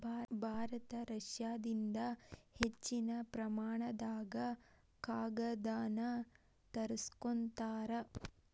ಭಾರತ ರಷ್ಯಾದಿಂದ ಹೆಚ್ಚಿನ ಪ್ರಮಾಣದಾಗ ಕಾಗದಾನ ತರಸ್ಕೊತಾರ